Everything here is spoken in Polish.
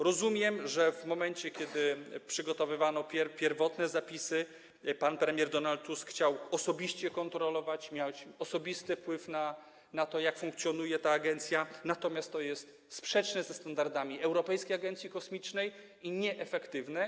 Rozumiem, że w momencie kiedy przygotowywano pierwotne zapisy pan premier Donald Tusk chciał osobiście to kontrolować, mieć osobisty wpływ na to, jak funkcjonuje ta agencja, natomiast to jest sprzeczne ze standardami Europejskiej Agencji Kosmicznej i nieefektywne.